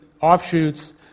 offshoots